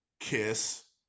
kiss